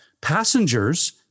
passengers